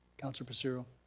councilor passero.